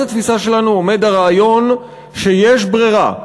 עומד הרעיון שיש ברירה.